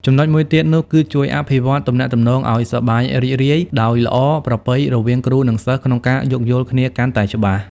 ចំណុចមួយទៀតនោះ គឺជួយអភិវឌ្ឍទំនាក់ទំនងឱ្យសប្បាយរីករាយដោយល្អប្រពៃរវាងគ្រូនិងសិស្សក្នុងការយោគយល់គ្នាកាន់តែច្បាស់។